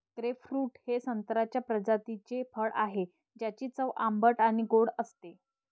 grapefruit हे संत्र्याच्या प्रजातीचे फळ आहे, ज्याची चव आंबट आणि गोड असते